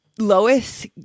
Lois